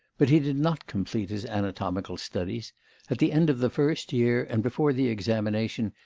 but he did not complete his anatomical studies at the end of the first year, and before the examination,